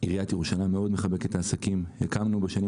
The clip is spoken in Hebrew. עיריית ירושלים מאוד מחבקת את העסקים - הקמנו בשנים